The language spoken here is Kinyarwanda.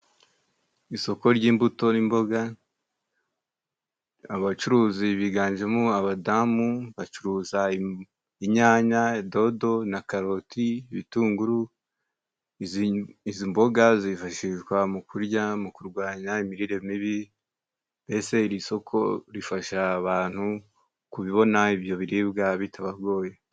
Isoko ry'imbuto n'imboga, abacuruzi biganjemo abadamu bacuruza inyanya, dodo na karoti, ibitunguru izi mboga zifashishwa mu kurya, mu kurwanya imirire mibi, mbese iri soko rifasha abantu kubona ibyo biribwa bitabagoye.